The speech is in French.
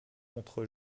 contre